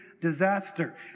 disaster